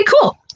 cool